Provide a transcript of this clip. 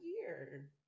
year